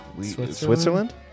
Switzerland